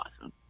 awesome